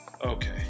Okay